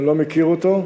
אני לא מכיר אותו,